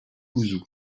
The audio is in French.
ouzou